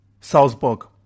Salzburg